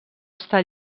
estar